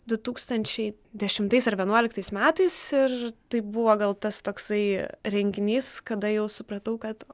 du tūkstančiai dešimtais ar vienuoliktais metais ir tai buvo gal tas toksai renginys kada jau supratau kad